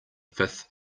fifth